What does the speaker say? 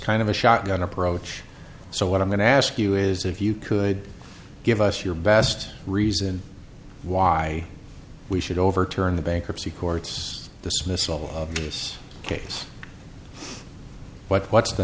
kind of a shotgun approach so what i'm going to ask you is if you could give us your best reason why we should overturn the bankruptcy courts dismiss all of this case but what's the